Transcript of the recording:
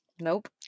Nope